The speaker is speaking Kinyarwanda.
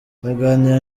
aganira